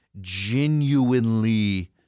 genuinely